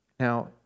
Now